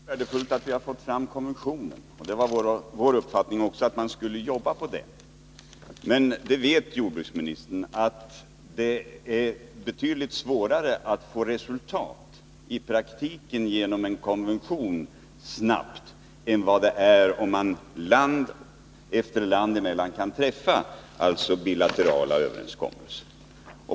Herr talman! Det är naturligtvis värdefullt att vi har fått fram konventionen. Det var också vår uppfattning att man skulle jobba på det. Men jordbruksministern vet att det i praktiken är svårare att snabbt få resultat genom en konvention än vad det är om land efter land kan träffa bilaterala överenskommelser.